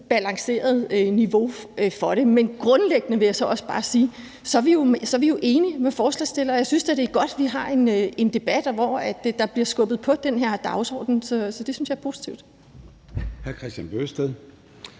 balanceret niveau for det. Men grundlæggende vil jeg så også bare sige, at vi er enige med forslagsstillerne, og at jeg da synes, det er godt, at vi har en debat, hvor der bliver skubbet på i forhold til den her dagsorden. Så det synes jeg er positivt.